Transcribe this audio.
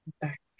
back